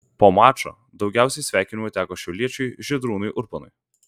po mačo daugiausiai sveikinimų teko šiauliečiui žydrūnui urbonui